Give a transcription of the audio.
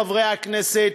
חברי הכנסת,